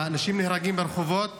אנשים נהרגים ברחובות.